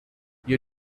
you